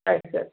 ಆಯ್ತು ಸರ್